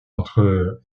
entre